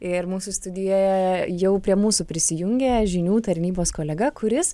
ir mūsų studijoje jau prie mūsų prisijungė žinių tarnybos kolega kuris